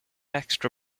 extra